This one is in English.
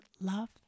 love